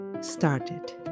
started